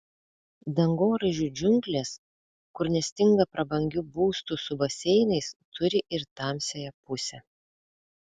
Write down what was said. dangoraižių džiunglės kur nestinga prabangių būstų su baseinais turi ir tamsiąją pusę